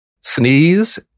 sneeze